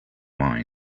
mind